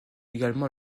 également